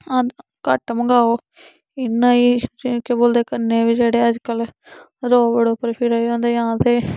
घट्ट मंगाओ इन्ना ही जे केह् बोलदे कन्नै बी जेह्ड़े अज्जकल रोड उप्पर फिरा दे होंदे जां ते